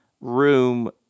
room